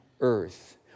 earth